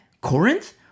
Corinth